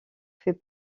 fait